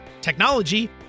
technology